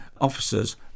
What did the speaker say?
officers